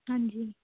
ਹਾਂਜੀ